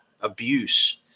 abuse